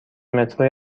مترو